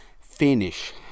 finish